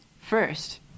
first